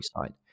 side